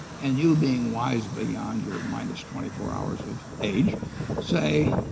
and you being wise beyond your minus twenty four hours of age say,